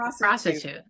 prostitute